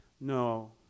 no